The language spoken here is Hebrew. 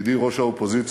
ידידי ראש האופוזיציה,